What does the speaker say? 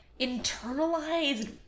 internalized